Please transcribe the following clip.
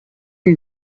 and